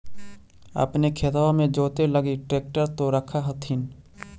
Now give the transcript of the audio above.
अपने खेतबा मे जोते लगी ट्रेक्टर तो रख होथिन?